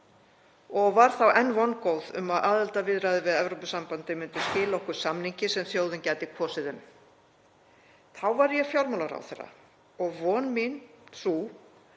og var þá enn vongóð um að aðildarviðræður við Evrópusambandið myndu skila okkur samningi sem þjóðin gæti kosið um. Þá var ég fjármálaráðherra og von mín sú